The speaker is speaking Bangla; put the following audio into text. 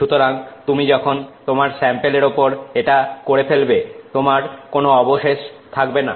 সুতরাং তুমি যখন তোমার স্যাম্পেলের উপর এটা করে ফেলবে তোমার কোন অবশেষ থাকবে না